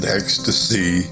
ecstasy